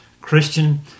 Christian